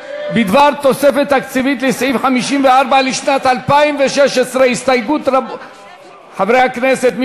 בדבר תוספת תקציבית לסעיף 54 לשנת 2016. חברי הכנסת,